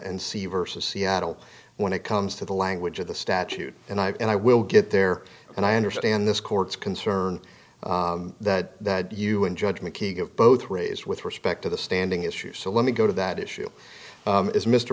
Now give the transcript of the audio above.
and see versus seattle when it comes to the language of the statute and i and i will get there and i understand this court's concern that that you in judgment he give both raise with respect to the standing issues so let me go to that issue is mr